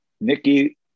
Nikki